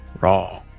raw